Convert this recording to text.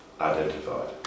identified